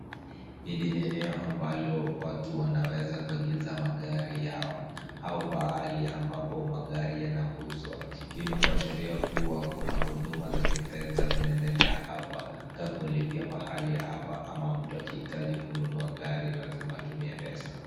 Hili ni eneo ambalo watu wanaweza kuegesha magari yao, au pahali ambapo magari yanauzwa, hii ni kuashiria kuwa kuna huduma za kifedha zinaendelea hapa kama kulipia pahali hapa ama mtu akihitaji kununua gari lazima atumie pesa.